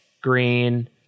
green